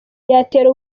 yatera